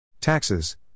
Taxes